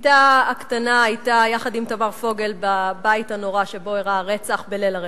בתה הקטנה היתה יחד עם תמר פוגל בבית הנורא שבו אירע הרצח בליל הרצח,